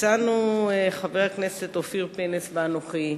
הצענו, חבר הכנסת אופיר פינס ואנוכי,